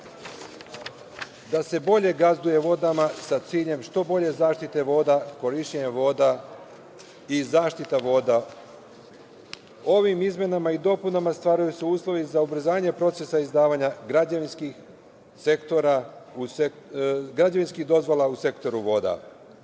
da se bolje gazduje vodama sa ciljem što bolje zaštite voda, korišćenja voda i zaštita voda. Ovim izmenama i dopunama stvaraju se uslovi za ubrzanje procesa izdavanja građevinskih dozvola u sektoru voda.